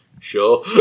sure